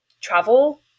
travel